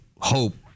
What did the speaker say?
hope